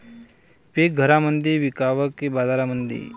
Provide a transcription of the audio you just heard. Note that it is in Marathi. पीक घरामंदी विकावं की बाजारामंदी?